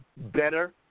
better